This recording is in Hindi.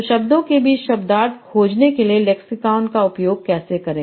तो शब्दों के बीच शब्दार्थ खोजने के लिए लेक्सिकॉन का उपयोग कैसे करें